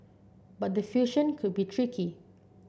but the fusion could be tricky